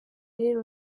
rero